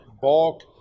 bulk